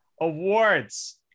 Awards